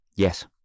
Yes